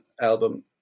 album